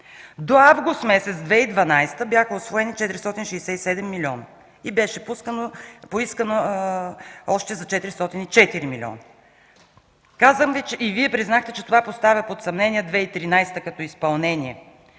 До август месец 2012 г. бяха усвоени 467 милиона, беше поискано още за 404 милиона и Вие признахте, че това поставя под съмнение 2013 г. като изпълнение,